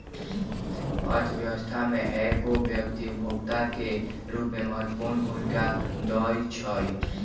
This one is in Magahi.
अर्थव्यवस्था में एगो व्यक्ति उपभोक्ता के रूप में महत्वपूर्ण भूमिका दैइ छइ